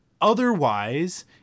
Otherwise